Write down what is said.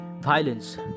violence